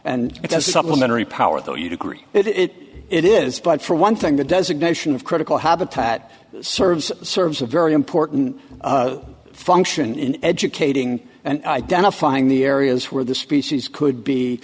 a supplementary power though you'd agree it it is but for one thing the designation of critical habitat serves serves a very important function in educating and identifying the areas where the species could